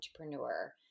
entrepreneur